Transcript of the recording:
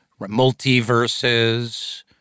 multiverses